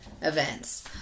events